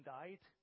died